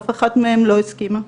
אף אחת מהן לא הסכימה?